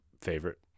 favorite